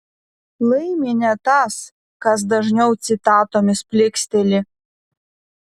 laimi ne tas kas dažniau citatomis plyksteli